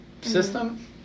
system